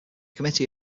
committee